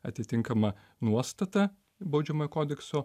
atitinkama nuostata baudžiamojo kodekso